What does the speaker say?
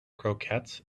croquettes